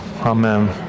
Amen